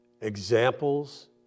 examples